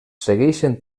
segueixen